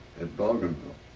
at bougainville.